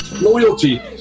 Loyalty